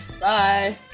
Bye